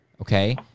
okay